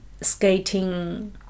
skating